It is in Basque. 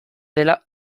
dela